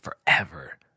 forever